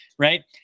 right